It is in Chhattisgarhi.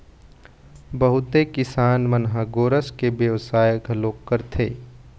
बहुते किसान मन ह गोरस के बेवसाय घलोक करथे